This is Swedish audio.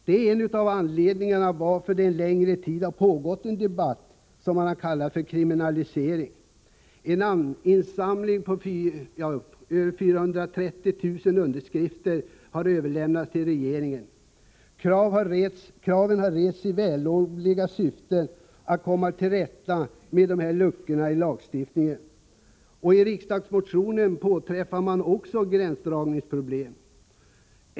Det är en av anledningarna till att det en längre tid har pågått en debatt om vad man kallat kriminalisering. En namninsamling på 420 000 underskrifter har överlämnats till regeringen. Kraven har rests i det vällovliga syftet att komma till rätta med dessa luckor i lagstiftningen. I riksdagsmotionen påträffar man också gränsdragningsproblem.